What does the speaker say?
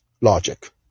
logic